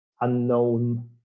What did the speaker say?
unknown